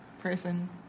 Person